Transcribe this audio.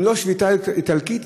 אם לא שביתה איטלקית,